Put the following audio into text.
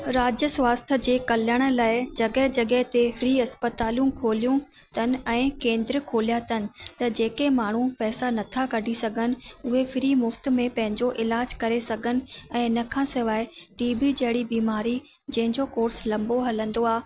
राज्य स्वास्थ्य जे कल्याण लाइ जॻहि जॻहि ते फ़्री अस्पतालूं खोलियूं अथनि ऐं केन्द्र खोलिया अथनि त जेके माण्हू पैसा न था कढी सघनि उहे फ़्री मुफ़्त में पंहिंजो इलाजु करे सघनि ऐं इन खां सवाइ टी बी जहिड़ी बीमारी जंहिं जो कोर्स लंबो हलंदो आहे